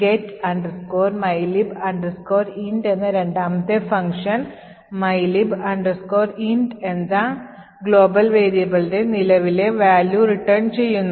get mylib int എന്ന രണ്ടാമത്തെ function mylib int എന്ന global variableൻറെ നിലവിലെ value return ചെയ്യുന്നു